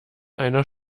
einer